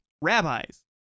rabbis